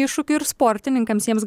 iššūkių ir sportininkams jiems